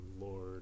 lord